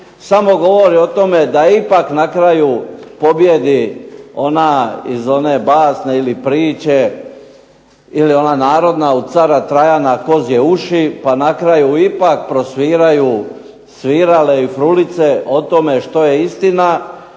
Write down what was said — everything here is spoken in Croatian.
samo govori o tome da ipak na kraju pobijedi ona iz one basne ili priče ili ona narodna u cara Trajana kozje uši, pa na kraju ipak prosviraju svirale i frulice o tome što je istina,